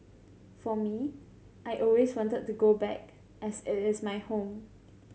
for me I always wanted to go back as it is my home